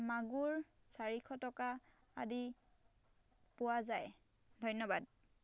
মাগুৰ চাৰিশ টকা আদিত পোৱা যায় ধন্যবাদ